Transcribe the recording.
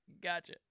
gotcha